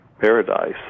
paradise